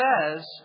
says